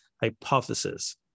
hypothesis